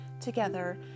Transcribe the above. together